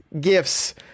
gifts